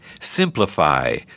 simplify